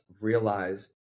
realize